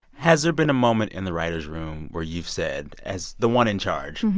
has there been a moment in the writers' room where you've said, as the one in charge,